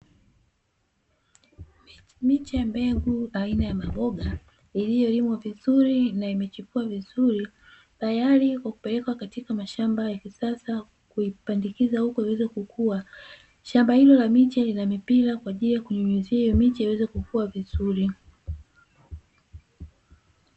Miche mbegu aina ya maboga iliyolimwa vizuri na imechipua vizuri tayari kwa kupelekwa katika mashamba ya kisasa, kuipandikiza huko iweze kukua. Shamba hilo la miche lina mipira kwa ajili ya kunyunyizia hiyo miche iweze kukua vizuri.